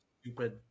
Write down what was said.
stupid